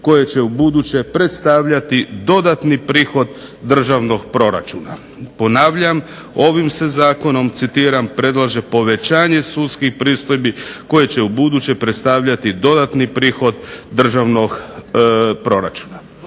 koje će ubuduće predstavljati dodatni prihod državnog proračuna" Ponavljam ovim se zakonom, citiram predlaže povećanje sudskih pristojbi koje će u buduće predstavljati dodatni prihod državnog proračuna.